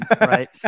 right